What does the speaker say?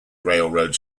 railroad